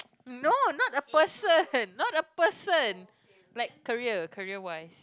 no not a person not a person like career career wise